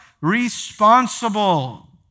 Responsible